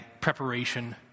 preparation